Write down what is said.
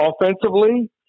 offensively